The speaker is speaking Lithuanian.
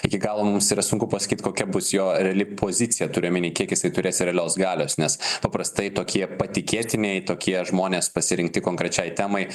iki galo mums yra sunku pasakyti kokia bus jo reali pozicija turiu omeny kiek jisai turės realios galios nes paprastai tokie patikėtiniai tokie žmonės pasirinkti konkrečiai temai